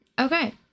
okay